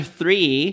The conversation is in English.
three